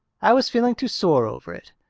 i was feeling too sore over it.